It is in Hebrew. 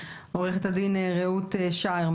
עו"ד רעות שאער,